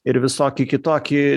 ir visoki kitoki